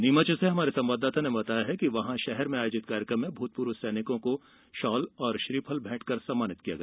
नीमच से हमारे संवाददाता ने बताया है कि शहर में आयोजित कार्यक्रम में भूतपूर्व सैनिकों को शॉल और श्रीफल भेंट कर सम्मान किया गया